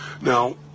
Now